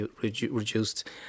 reduced